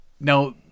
now